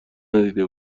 ندیده